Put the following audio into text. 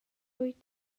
wyt